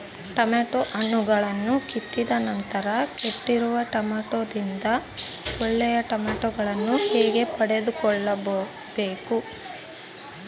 Tomato ಹಣ್ಣುಗಳನ್ನು ಕಿತ್ತಿದ ನಂತರ ಕೆಟ್ಟಿರುವ ಟೊಮೆಟೊದಿಂದ ಒಳ್ಳೆಯ ಟೊಮೆಟೊಗಳನ್ನು ಹೇಗೆ ಕಾಪಾಡಿಕೊಳ್ಳಬೇಕು?